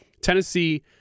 Tennessee